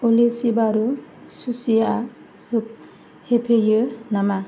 अलि सिबारु सुसिया होफैयो नामा